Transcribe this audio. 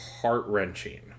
heart-wrenching